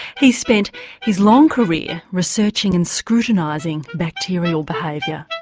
he's spent his long career researching and scrutinising bacterial behaviour.